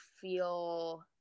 feel